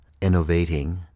innovating